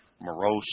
morose